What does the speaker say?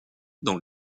dans